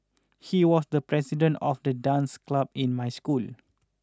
he was the president of the dance club in my school